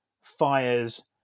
fires